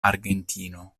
argentino